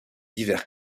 divers